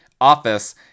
office